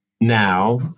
now